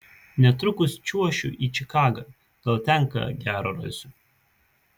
netrukus čiuošiu į čikagą gal ten ką gero rasiu